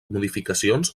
modificacions